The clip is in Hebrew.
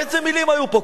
איזה מלים היו פה.